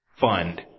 fund